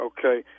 Okay